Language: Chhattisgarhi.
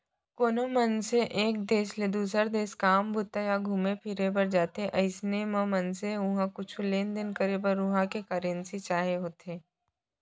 कोनो मनसे एक देस ले दुसर देस काम बूता या घुमे बर जाथे अइसन म मनसे उहाँ कुछु लेन देन करे बर उहां के करेंसी चाही होथे